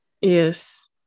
Yes